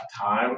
time